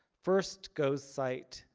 first goes sight,